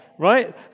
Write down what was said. right